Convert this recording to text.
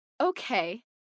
Okay